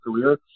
career